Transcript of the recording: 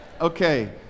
Okay